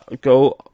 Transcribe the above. go